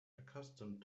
accustomed